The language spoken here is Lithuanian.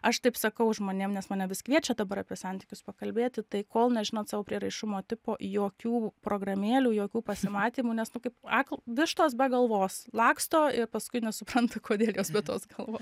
aš taip sakau žmonėm nes mane vis kviečia dabar apie santykius pakalbėti tai kol nežinot savo prieraišumo tipo jokių programėlių jokių pasimatymų nes nu kaip akl vištos be galvos laksto ir paskui nesupranta kodėl jos bet tos galvos